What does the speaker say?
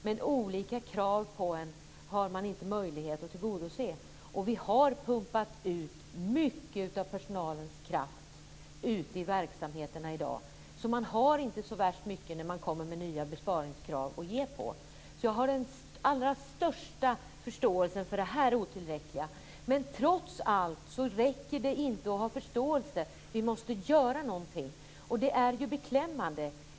Men man har inte möjlighet att tillgodose alla olika krav som ställs på en. Mycket av personalens kraft har pumpats ur. Man har inte så värst mycket kvar att ge när det kommer nya besparingskrav. Jag har den allra största förståelse för denna otillräcklighet. Trots allt räcker det inte att ha förståelse. Vi måste också göra någonting. Det är beklämmande.